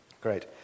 Great